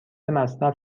مصرف